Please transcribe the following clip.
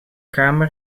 kamer